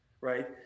Right